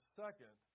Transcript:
second